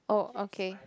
oh okay